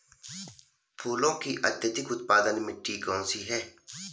फूलों की अत्यधिक उत्पादन मिट्टी कौन सी है?